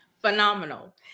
Phenomenal